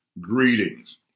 greetings